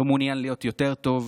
לא מעוניין להיות יותר טוב,